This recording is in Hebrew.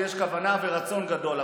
ויש כוונה ורצון גדול.